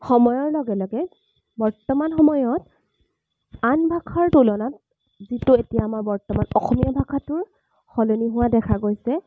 সময়ৰ লগে লগে বৰ্তমান সময়ত আন ভাষাৰ তুলনাত যিটো এতিয়া আমাৰ বৰ্তমান অসমীয়া ভাষাটোৰ সলনি হোৱা দেখা গৈছে